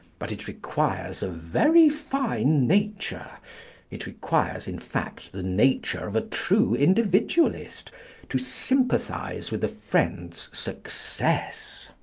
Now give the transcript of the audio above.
but it requires a very fine nature it requires, in fact, the nature of a true individualist to sympathise with a friend's success.